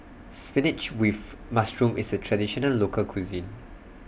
Spinach with Mushroom IS A Traditional Local Cuisine